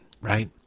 right